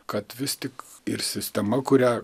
kad vis tik ir sistema kurią